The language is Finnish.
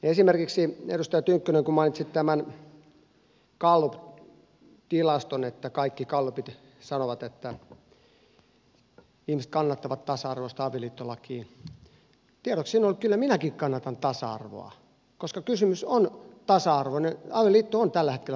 esimerkiksi kun edustaja tynkkynen mainitsit tämän galluptilaston että kaikki gallupit sanovat että ihmiset kannattavat tasa arvoista avioliittolakia niin tiedoksi sinulle että kyllä minäkin kannatan tasa arvoa koska kysymys on tasa arvoisuudesta avioliitto on tällä hetkellä tasa arvoinen